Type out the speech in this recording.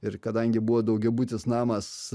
ir kadangi buvo daugiabutis namas